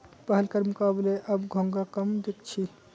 पहलकार मुकबले अब घोंघा कम दख छि